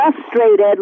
frustrated